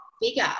bigger